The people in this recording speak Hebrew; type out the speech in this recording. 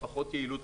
בפחות יעילות,